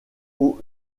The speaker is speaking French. aux